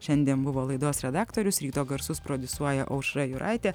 šiandien buvo laidos redaktorius ryto garsus prodiusuoja aušra juraitė